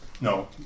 No